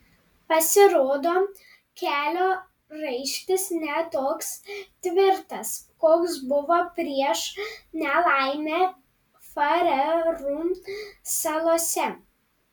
pasirodo kelio raištis ne toks tvirtas koks buvo prieš nelaimę farerų salose